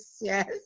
Yes